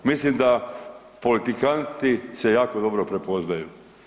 Mislim da politikanti se jako dobro prepoznaju.